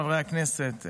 חברי הכנסת,